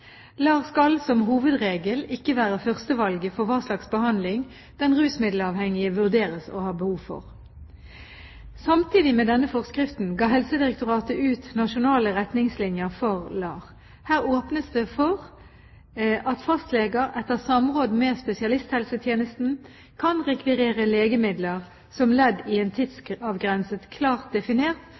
skal som hovedregel ikke være førstevalget for hva slags behandling den rusmiddelavhengige vurderes å ha behov for. Samtidig med denne forskriften ga Helsedirektoratet ut nasjonale retningslinjer for LAR. Her åpnes det for at fastleger etter samråd med spesialisthelsetjenesten kan rekvirere legemidler som ledd i en tidsavgrenset, klart definert